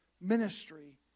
ministry